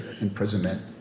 imprisonment